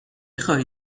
خواهی